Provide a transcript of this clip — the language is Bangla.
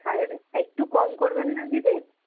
একটু কম করবেন না দিদি